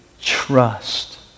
trust